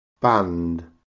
BAND